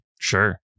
sure